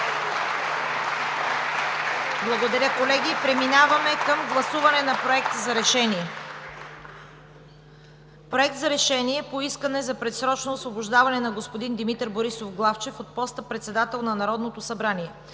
Благодаря, колеги. Преминаваме към гласуване на Проект за решение. „Проект! РЕШЕНИЕ по искане за предсрочно освобождаване на господин Димитър Борисов Главчев от поста председател на Народното събрание.